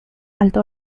alto